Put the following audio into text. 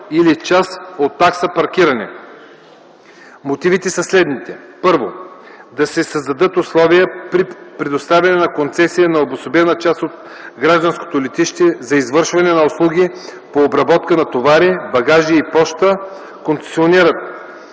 Мотивите са следните: